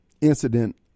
incident